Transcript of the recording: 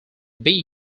bee